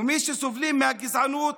מי שסובלים מהגזענות,